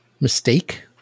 mistake